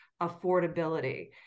affordability